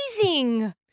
Amazing